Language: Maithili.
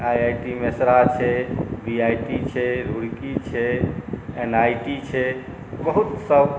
आइ आइ टी मिश्रा छै बी आइ टी छै रुड़की छै एन आइ टी छै बहुतसभ